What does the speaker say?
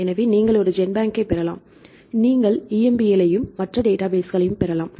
எனவே நீங்கள் ஒரு ஜென்பேங்கைப் பெறலாம் நீங்கள் EMBL ஐம் மற்ற டேட்டாபேஸ்களையும் பெறலாம்